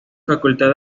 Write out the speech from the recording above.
facultad